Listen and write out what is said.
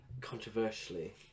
controversially